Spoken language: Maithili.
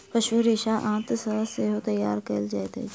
पशु रेशा आंत सॅ सेहो तैयार कयल जाइत अछि